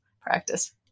practice